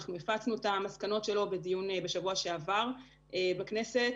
הפצנו את המסקנות שלו בדיון בשבוע שעבר בכנסת.